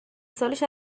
سالش